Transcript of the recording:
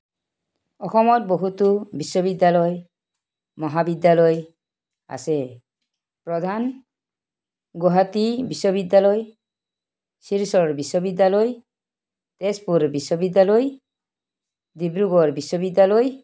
অসমত বহুতো বিশ্ববিদ্যালয় মহাবিদ্যালয় আছে প্ৰধান গুৱাহাটী বিশ্ববিদ্যালয় শিলচৰ বিশ্ববিদ্যালয় তেজপুৰ বিশ্ববিদ্যালয় ডিব্ৰুগড় বিশ্ববিদ্যালয়